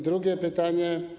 Drugie pytanie.